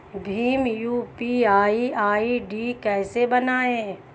Bhim UPI ID कैसे बनाएं?